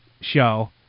show